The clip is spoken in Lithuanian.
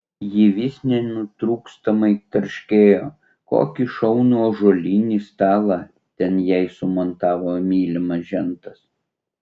ji vis nenutrūkstamai tarškėjo kokį šaunų ąžuolinį stalą ten jai sumontavo mylimas žentas